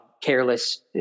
careless